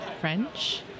French